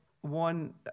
one